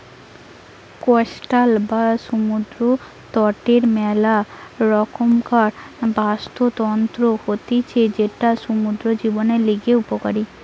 coastal বা সমুদ্র তটের মেলা রকমকার বাস্তুতন্ত্র হতিছে যেটা সমুদ্র জীবদের লিগে উপকারী